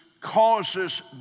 causes